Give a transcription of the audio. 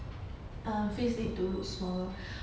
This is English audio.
uh face need to look small